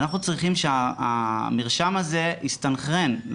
אנחנו צריכים שהמרשם הזה יסתנכרן עם